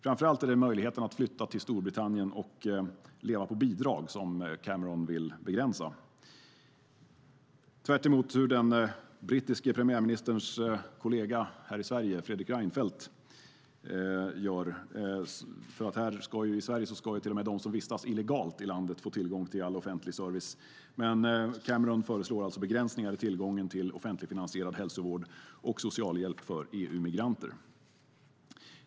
Framför allt är det möjligheten att flytta till Storbritannien och leva på bidrag som Cameron vill begränsa. Det är tvärtemot hur den brittiske premiärministerns kollega här i Sverige, Fredrik Reinfeldt, gör. I Sverige ska nämligen till och med de som vistas illegalt i landet få tillgång till all offentlig service. Cameron föreslår alltså begränsningar i tillgången till offentligfinansierad hälsovård och socialhjälp för EU-migranter.